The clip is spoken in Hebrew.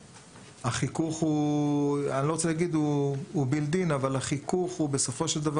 החיכוך לא מובנה אבל הוא בסופו של דבר